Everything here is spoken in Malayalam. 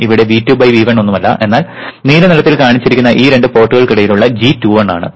ഇവിടെ V2 V1 ഒന്നുമല്ല എന്നാൽ നീല നിറത്തിൽ കാണിച്ചിരിക്കുന്ന ഈ രണ്ട് പോർട്ടുകൾക്കിടയിലുള്ള g21 ആണ്